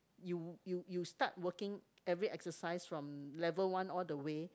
you you you start working every exercise from level one all the way